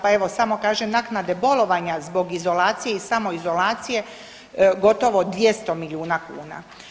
Pa evo samo kažem, naknade bolovanja zbog izolacije i samoizolacije gotovo 200 milijuna kuna.